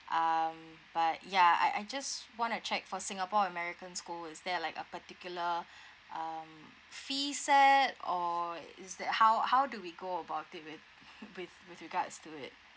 um but ya I I just want to check for singapore american school is there like a particular um fees set or is that how how do we go about it with with regards to it